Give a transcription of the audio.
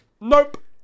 nope